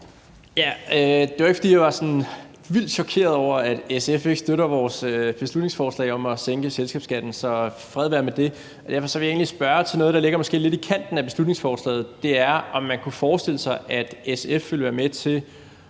Det var ikke, fordi jeg var vildt chokeret over, at SF ikke støtter vores beslutningsforslag om at sænke selskabsskatten, så fred være med det. Derfor vil jeg egentlig spørge til noget, der måske ligger lidt i kanten af beslutningsforslaget, og det er, om man kunne forestille sig, at SF vil være med til